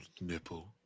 nipple